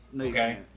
Okay